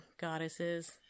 goddesses